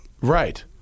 Right